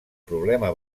problema